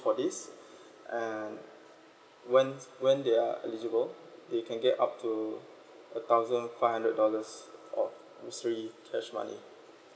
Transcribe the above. for this and when when they are eligible they can get up to a thousand five hundred dollars of bursary cash money